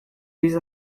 use